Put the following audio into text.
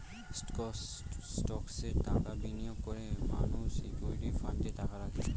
স্টকসে টাকা বিনিয়োগ করে মানুষ ইকুইটি ফান্ডে টাকা রাখে